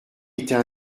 était